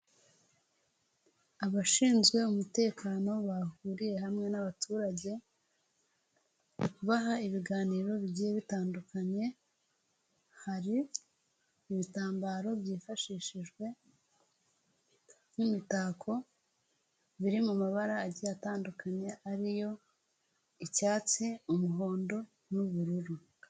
Abashinzwe umutekano bahuriye hamwe n'abaturage, bari kubaha ibiganiro bigiye bitandukanye, hari ibitambaro byifashishijwe n'imitako biri mu mabara atandukanye ari yo icyatsi, umuhondo n'ubururu.